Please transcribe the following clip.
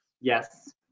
Yes